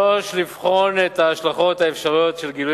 3. לבחון את ההשלכות האפשריות של גילוי